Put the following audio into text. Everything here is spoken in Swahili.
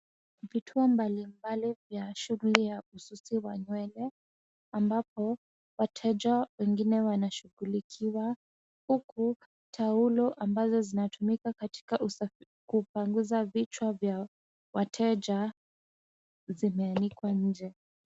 Vituo mbalimbali vya shughuli ya ususi wa nywele ,ambapo wateja wengine wanashughulikiwa, huku taulo ambazo zinatumika katika kupanguza vichwa vya wateja zimeanikwa nje.